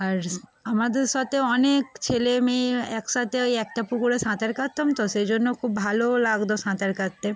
আর আমাদের সাথে অনেক ছেলে মেয়ে একসাথে ওই একটা পুকুরে সাঁতার কাটতাম তো সেই জন্য খুব ভালোও লাগতো সাঁতার কাটতে